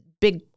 big